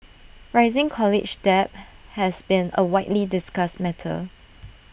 rising college debt has been A widely discussed matter